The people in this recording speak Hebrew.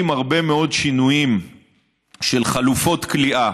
עם הרבה מאוד שינויים של חלופות כליאה.